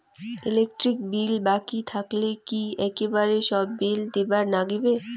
Electric bill বাকি থাকিলে কি একেবারে সব বিলে দিবার নাগিবে?